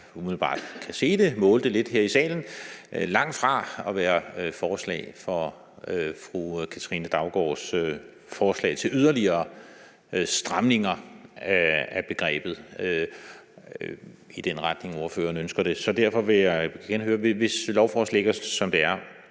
umiddelbart kan se det, hvis jeg måler det her i salen, langt fra at være flertal for fru Katrine Daugaards forslag til yderligere stramninger af begrebet i den retning, fru Katrine Daugaard ønsker det. Derfor vil jeg igen høre: Hvis lovforslaget ligger, som det er,